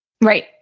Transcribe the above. Right